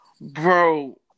bro